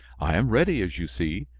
i am ready, as you see.